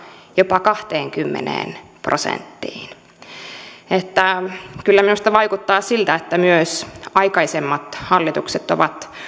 jopa kahteenkymmeneen prosenttiin niin että kyllä minusta vaikuttaa siltä että myös aikaisemmat hallitukset ovat